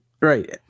Right